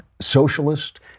socialist